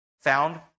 found